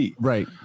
Right